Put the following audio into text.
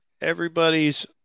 everybody's